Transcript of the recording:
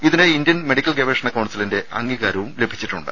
ഇതിന് Indian medical ഗവേഷണ കൌൺസിലിന്റെ അംഗീകാരവും ലഭിച്ചിട്ടുണ്ട്